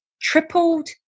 tripled